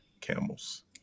camels